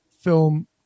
film